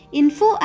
info